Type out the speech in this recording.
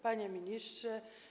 Panie Ministrze!